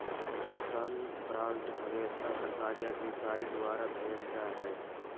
भुगतान वारन्ट हमेसा सरकारी अधिकारी द्वारा भेजल जा हय